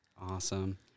Awesome